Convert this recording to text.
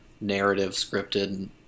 narrative-scripted